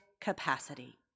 capacity